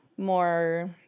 more